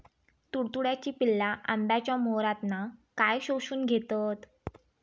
तुडतुड्याची पिल्ला आंब्याच्या मोहरातना काय शोशून घेतत?